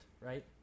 right